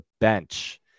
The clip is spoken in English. bench